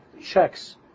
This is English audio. checks